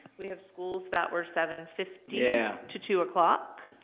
we have schools that were seven fifty yeah to two o'clock.